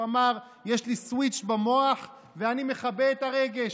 הוא אמר: יש לי סוויץ' במוח ואני מכבה את הרגש.